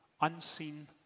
unseen